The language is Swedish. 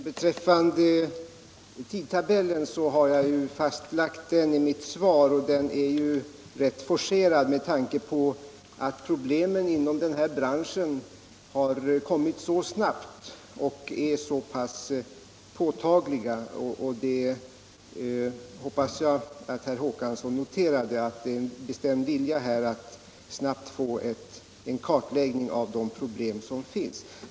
Herr talman! Jag har fastlagt tidtabellen i mitt svar — och den är rätt forcerad med tanke på att problemen inom den här branschen kommit snabbt och är påtagliga. Jag hoppas att herr Håkansson i Trelleborg noterade att regeringen har en bestämd vilja att snabbt få en kartläggning av de problem som finns.